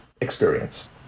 experience